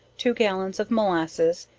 two gallons of molasses,